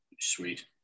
sweet